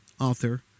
author